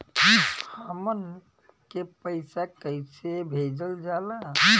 हमन के पईसा कइसे भेजल जाला?